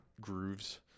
grooves